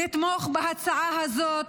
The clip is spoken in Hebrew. לתמוך בהצעה הזאת.